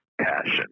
Passion